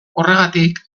horregatik